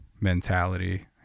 mentality